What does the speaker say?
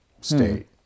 state